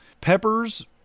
Peppers